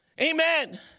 Amen